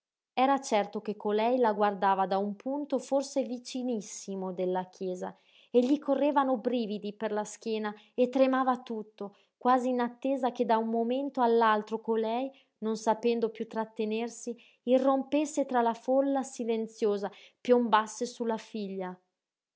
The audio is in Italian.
era certo che colei la guardava da un punto forse vicinissimo della chiesa e gli correvano brividi per la schiena e tremava tutto quasi in attesa che da un momento all'altro colei non sapendo piú trattenersi irrompesse tra la folla silenziosa piombasse sulla figlia